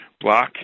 block